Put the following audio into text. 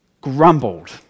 grumbled